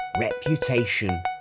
Reputation